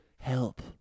Help